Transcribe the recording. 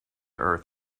earth